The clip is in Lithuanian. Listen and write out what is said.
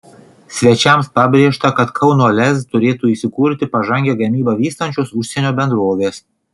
svečiams pabrėžta kad kauno lez turėtų įsikurti pažangią gamybą vystančios užsienio bendrovės